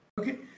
Okay